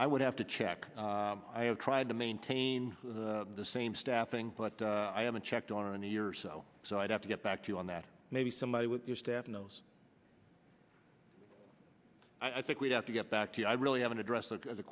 i would have to check i have tried to maintain the same staffing but i haven't checked on in the years so so i'd have to get back to you on that maybe somebody with your staff knows i think we'd have to get back to you i really haven't addressed the